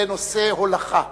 לנושא הולכה,